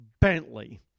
Bentley